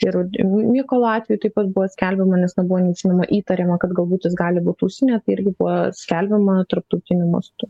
ir mykolo atveju taip pat buvo skelbiama nes na buvo inicijuojama įtariama kad galbūt jis gali būti užsienyje tai irgi buvo skelbiama tarptautiniu mastu